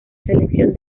selección